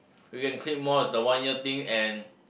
we can click more it's the one year thing and